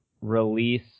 release